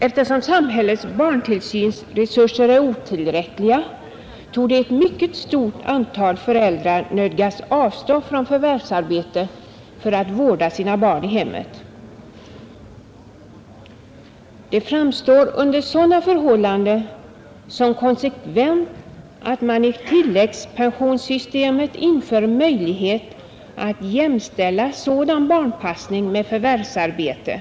Eftersom samhällets barntillsynsresurser är otillräckliga torde ett mycket stort antal föräldrar nödgas avstå från förvärvsarbete för att vårda sina barn i hemmet. Det framstår under sådana förhållanden som konsekvent att man i tilläggspensionssystemet inför möjlighet att jämställa sådan barnpassning med förvärvsarbete.